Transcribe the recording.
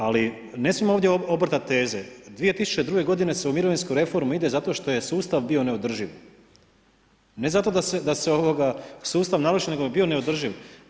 Ali ne smijemo ovdje obrtati teze, 2002. godine se u mirovinsku reformu ide zato što je sustav bio neodrživ, ne zato da se sustav naruši nego je bio neodrživ.